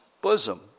bosom